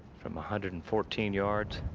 from a hundred and fourteen yards.